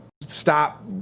stop